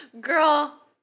Girl